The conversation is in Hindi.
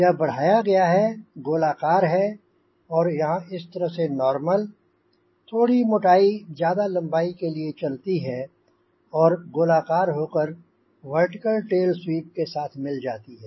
यह बढ़ाया गया है गोलाकार है और यहाँ इस तरह से नॉर्मल थोड़ी मोटाई ज्यादा लंबाई के लिए चलती है और गोलाकार होकर वर्टिकल टेल स्वीप के साथ मिल जाती है